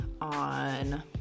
on